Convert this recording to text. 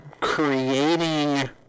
creating